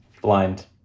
Blind